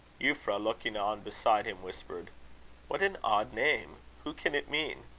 euphra, looking on beside him, whispered what an odd name! who can it mean?